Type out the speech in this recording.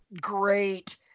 Great